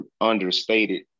understated